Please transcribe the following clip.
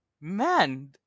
man